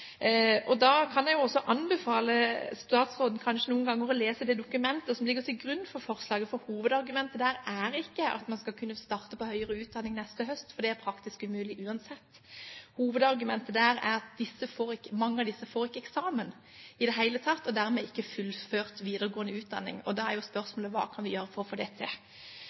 Da kan jeg jo også anbefale statsråden kanskje noen ganger å lese det dokumentet som ligger til grunn for forslaget, for hovedargumentet der er ikke at man skal kunne starte på høyere utdanning samme høst, for det er uansett praktisk umulig. Hovedargumentet der er at mange av disse ikke får eksamen i det hele tatt og får dermed ikke fullført videregående utdanning, og da er jo spørsmålet hva vi kan gjøre for å få til det. Så mitt spørsmål er om statsråden er så tydelig på dette